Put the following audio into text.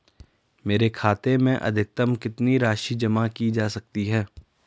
मेरे खाते में अधिकतम कितनी राशि जमा की जा सकती है?